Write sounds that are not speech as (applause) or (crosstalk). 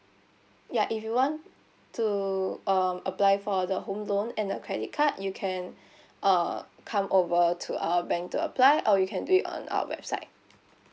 ya if you want to um apply for the home loan and the credit card you can (breath) uh come over to our bank to apply or you can do it on our website